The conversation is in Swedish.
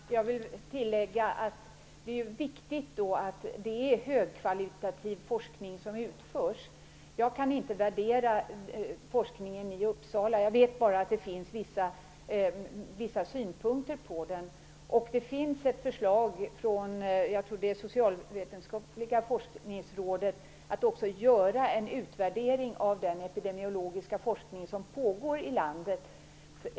Fru talman! Jag vill tillägga att det då är viktigt att det är högkvalitativ forskning som utförs. Jag kan inte värdera forskningen i Uppsala, jag vet bara att finns vissa synpunkter på den. Det finns ett förslag, jag tror att det är från Socialvetenskapliga forskningsrådet, att också göra en utvärdering av den epidemiologiska forskning som pågår i landet.